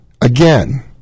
again